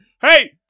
hey